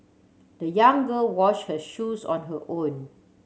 the young girl wash her shoes on her own